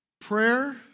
Prayer